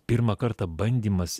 pirmą kartą bandymas